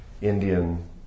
Indian